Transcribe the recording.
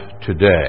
today